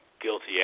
guilty